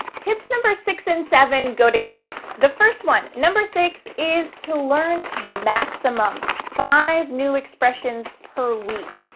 tips number six and seven go together. the first one, number six, is to learn maximum five new expressions per week.